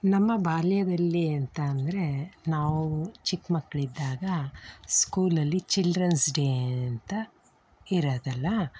ನಮ್ಮ ಬಾಲ್ಯದಲ್ಲಿ ಎಂಥ ಅಂದರೆ ನಾವು ಚಿಕ್ಕ ಮಕ್ಕಳಿದ್ದಾಗ ಸ್ಕೂಲಲ್ಲಿ ಚಿಲ್ಡ್ರನ್ಸ್ ಡೇ ಅಂತ ಇರೋದಲ್ಲಾ